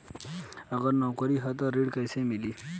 अगर नौकरी ह त ऋण कैसे मिली?